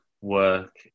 work